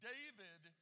David